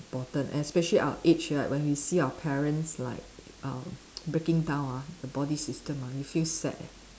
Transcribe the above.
~portant especially our age right when we see our parents like uh breaking down ah the body system ah you feel sad eh